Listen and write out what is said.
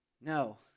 No